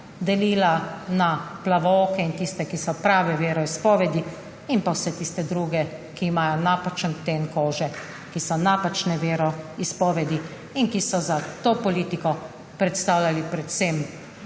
delila na plavooke in tiste, ki so prave veroizpovedi, in pa vse tiste druge, ki imajo napačen ten kože, ki so napačne veroizpovedi in ki so za to politiko predstavljali predvsem